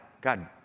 God